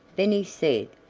then he said,